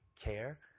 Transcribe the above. care